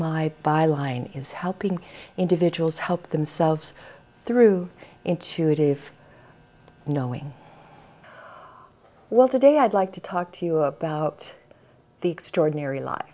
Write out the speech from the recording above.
my byline is helping individuals help themselves through intuitive knowing well today i'd like to talk to you about the extraordinary l